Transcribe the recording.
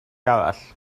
arall